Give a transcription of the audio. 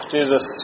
Jesus